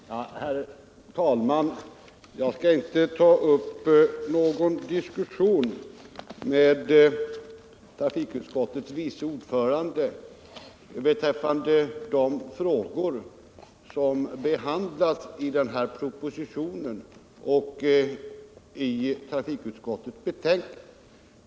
Herr talman! Jag skall inte ta upp någon diskussion med trafikutskottets vice ordförande beträffande de frågor som behandlas i den här propositionen och i trafikutskottets betänkande.